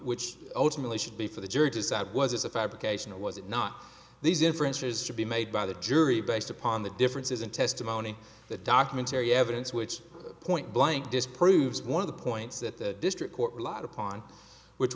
which ultimately should be for the jury decide was it a fabrication or was it not these inferences to be made by the jury based upon the differences in testimony the documentary evidence which point blank disproves one of the points that the district court relied upon which